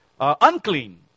unclean